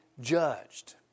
judged